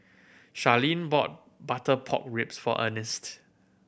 Sharlene bought butter pork ribs for Earnest